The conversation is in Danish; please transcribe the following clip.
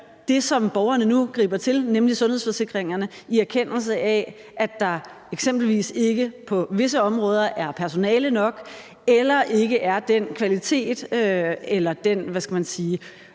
det, som borgerne nu griber til, nemlig sundhedsforsikringerne, i erkendelse af at der eksempelvis på visse områder ikke er personale nok eller ikke er den kvalitet eller den, hvad skal man sige,